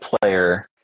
player